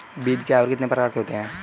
बीज क्या है और कितने प्रकार के होते हैं?